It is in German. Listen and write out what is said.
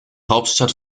hauptstadt